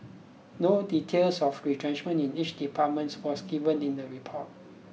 no details of retrenchment in each department was given in the report